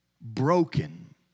broken